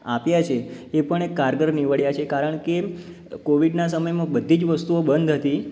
આપ્યા છે એ પણ એક કારગર નીવડ્યાં છે કારણ કે કોવિડના સમયમાં બધી જ વસ્તુઓ બંધ હતી